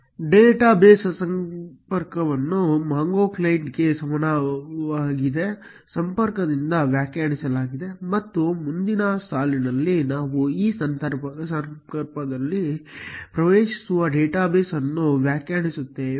ಡೇಟಾಬೇಸ್ಗೆ ಸಂಪರ್ಕವನ್ನು MongoClient ಗೆ ಸಮಾನವಾದ ಸಂಪರ್ಕದಿಂದ ವ್ಯಾಖ್ಯಾನಿಸಲಾಗಿದೆ ಮತ್ತು ಮುಂದಿನ ಸಾಲಿನಲ್ಲಿ ನಾವು ಈ ಸಂಪರ್ಕದಲ್ಲಿ ಪ್ರವೇಶಿಸುವ ಡೇಟಾಬೇಸ್ ಅನ್ನು ವ್ಯಾಖ್ಯಾನಿಸುತ್ತೇವೆ